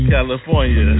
California